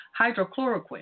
hydrochloroquine